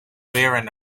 baron